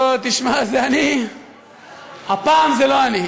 לא, תשמע, זה, הפעם זה לא אני.